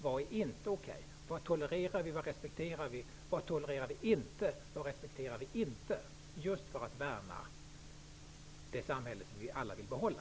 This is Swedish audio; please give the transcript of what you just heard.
Vad är inte okej? Vad tolererar och respekterar vi? Vad tolererar vi inte? Det måste vi göra just för att värna det samhälle som vi alla vill behålla.